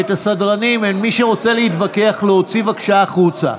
הסדרנים, מי שרוצה להתווכח, להוציא החוצה,